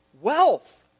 Wealth